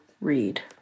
read